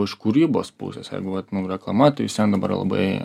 iš kūrybos pusės jeigu vat mum reklama tai vis vien dabar labai